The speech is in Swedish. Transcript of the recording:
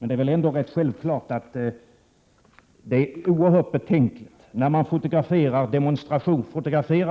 Det är självfallet betänkligt när man fotograferar